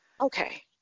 Okay